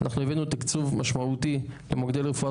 אנחנו הבאנו תקצוב משמעותי למוקדי רפואה